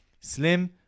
Slim